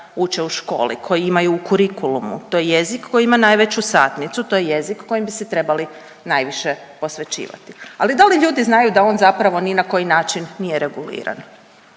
uče u školi, koji imaju u kurikulumu, to je jezik koji ima najveću satnicu, to je jezik kojem bi se trebali najviše posvećivati, ali da li ljudi znaju da on zapravo ni na koji način nije reguliran?